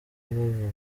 muntu